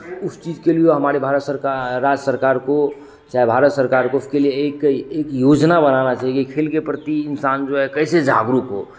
उस चीज़ के लिए हमारे भारत सरकार राज्य सरकार को चाहे भारत सरकार को उसके लिए एक एक योजना बनाना चहिए खेल के प्रति इन्सान जो है कैसे जागरुक हो